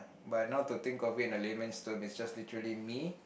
but now to think of it in a layman's term it's just literally me